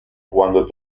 cuando